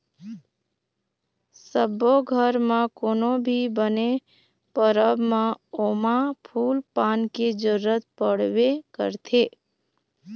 सब्बो घर म कोनो भी बने परब म ओमा फूल पान के जरूरत पड़बे करथे